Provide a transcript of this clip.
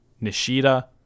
Nishida